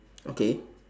okay